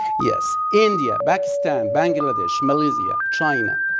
yes. india, pakistan, bangladesh, malaysia, china,